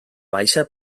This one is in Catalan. baixa